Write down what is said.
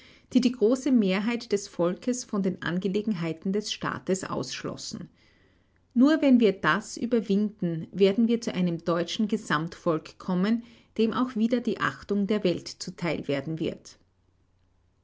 die die große mehrheit des volkes von den angelegenheiten des staates ausschlossen nur wenn wir das überwinden werden wir zu einem deutschen gesamtvolk kommen dem auch wieder die achtung der welt zuteil werden wird